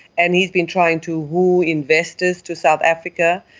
and he's been trying to woo investors to south africa,